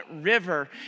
river